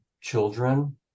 children